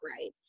right